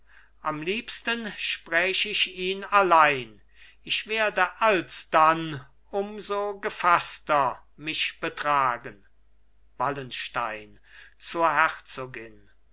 am liebsten spräch ich ihn allein ich werde alsdann um so gefaßter mich betragen wallenstein zur herzogin